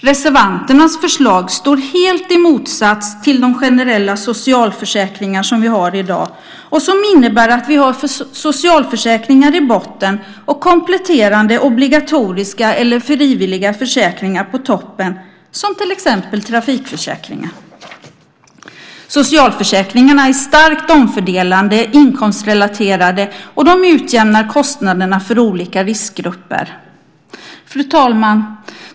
Reservanternas förslag står helt i motsats till de generella socialförsäkringar som vi har i dag som innebär att vi har socialförsäkringar i botten och kompletterande obligatoriska eller frivilliga försäkringar på toppen, till exempel trafikförsäkringen. Socialförsäkringarna är starkt omfördelande, inkomstrelaterade, och de utjämnar kostnaderna för olika riskgrupper. Fru talman!